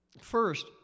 First